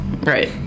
Right